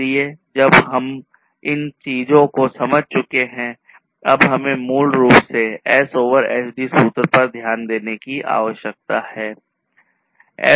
इसलिए जबकि हम इन सभी चीजों को समझ चुके हैं अब हमें मूल रूप से S over SD सूत्र पर ध्यान देने की आवश्यकता है